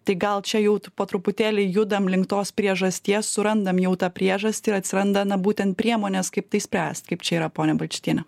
tai gal čia jau po truputėlį judam link tos priežasties surandam jau tą priežastį ir atsiranda na būtent priemonės kaip tai spręst kaip čia yra ponia balčytiene